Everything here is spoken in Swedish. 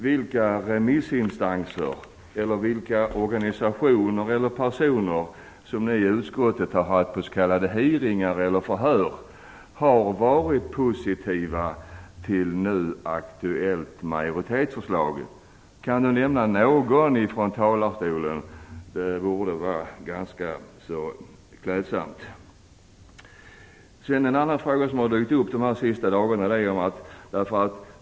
Vilka remissinstanser, organisationer eller personer som ni i utskottet har haft på s.k. hearingar eller förhör har varit positiva till det nu aktuella majoritetsförslaget? Kan Sverre Palm nämna någon från talarstolen? Det vore ganska klädsamt. Det har dykt upp en annan fråga under de senaste dagarna.